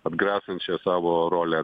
atgrasančią savo rolę